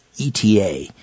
ETA